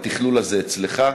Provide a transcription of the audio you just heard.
התכלול הזה אצלך?